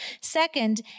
Second